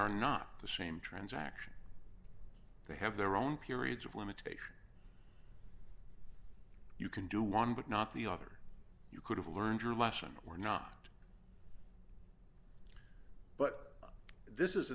are not the same transaction they have their own periods of limitation you can do one but not the other you could have learned your lesson or not but this is